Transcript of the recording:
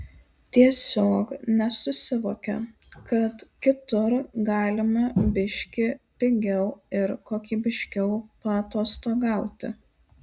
tiesiog nesusivokia kad kitur galima biški pigiau ir kokybiškiau paatostogauti